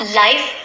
life